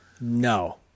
No